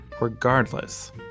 regardless